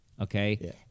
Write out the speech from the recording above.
Okay